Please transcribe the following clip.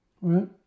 right